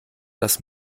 das